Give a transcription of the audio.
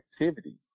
activity